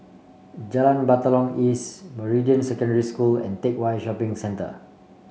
Jalan Batalong East Meridian Secondary School and Teck Whye Shopping Centre